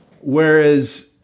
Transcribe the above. Whereas